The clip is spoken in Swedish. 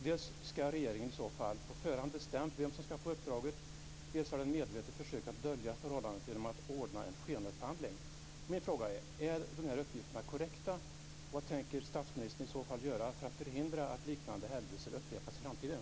Dels ska regeringen i så fall på förhand ha bestämt vem som ska få uppdraget, dels har den medvetet försökt dölja förhållandet genom att ordna en skenupphandling. Min fråga är: Är de här uppgifterna korrekta? Vad tänker statsministern i så fall göra för att förhindra att liknande händelser upprepas i framtiden?